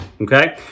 Okay